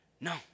no